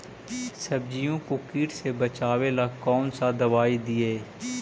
सब्जियों को किट से बचाबेला कौन सा दबाई दीए?